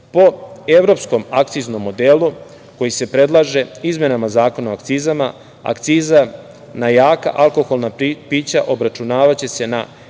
po evropskom akciznom modelu koji se predlaže izmenama Zakona o akcizama, akciza na jaka alkoholna pića obračunavaće se na